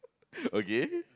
okay